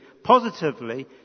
positively